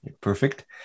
perfect